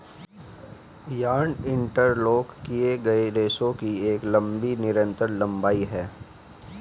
yarn interlock किए गए रेशों की एक लंबी निरंतर लंबाई है